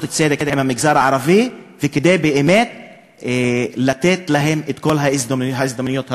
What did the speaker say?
צדק עם המגזר הערבי וכדי לתת להם באמת את כל ההזדמנויות הראויות.